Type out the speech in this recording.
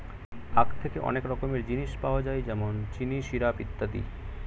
আখ থেকে অনেক রকমের জিনিস পাওয়া যায় যেমন চিনি, সিরাপ ইত্যাদি